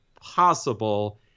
possible